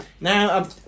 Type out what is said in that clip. Now